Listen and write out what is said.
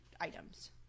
items